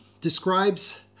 describes